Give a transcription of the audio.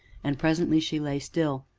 and presently she lay still.